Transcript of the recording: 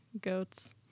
goats